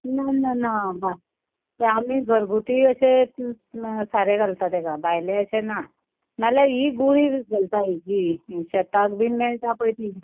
ना ना ना भा तें आमी घरगुती अशें सारें घालता तेका भायलें अशें ना नाल्यार ही गुळी घालता हेजी शेताक बी मेळटा पळय ती